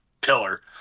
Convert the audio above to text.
pillar